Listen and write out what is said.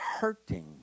hurting